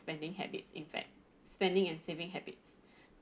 spending habits in fact spending and saving habits